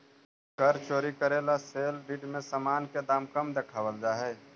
कर चोरी करे ला सेल डीड में सामान के दाम कम देखावल जा हई